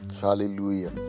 Hallelujah